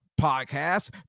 podcast